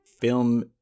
Film